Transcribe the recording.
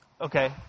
okay